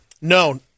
No